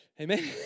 Amen